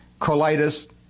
colitis